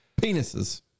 penises